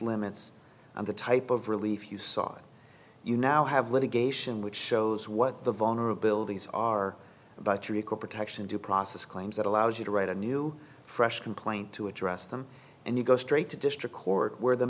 limits on the type of relief you saw you now have litigation which shows what the vulnerabilities are but your equal protection due process claims that allows you to write a new fresh complaint to address them and you go straight to district court where the